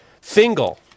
Fingal